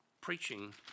preaching